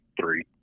three